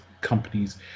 companies